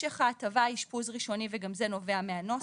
ההטבה ואשפוז ראשוני, וגם זה נובע מהנוסח,